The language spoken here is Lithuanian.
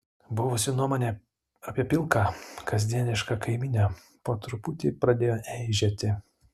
buvusi nuomonė apie pilką kasdienišką kaimynę po truputį pradėjo eižėti